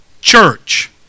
Church